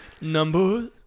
Number